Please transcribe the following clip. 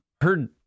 Heard